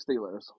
Steelers